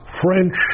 French